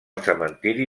cementiri